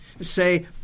Say